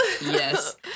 yes